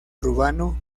urbano